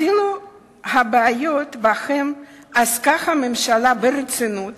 אפילו הבעיות שבהן עסקה הממשלה ברצינות